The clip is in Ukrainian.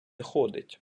ходить